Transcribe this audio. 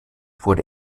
wurde